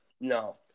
No